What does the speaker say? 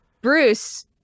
Bruce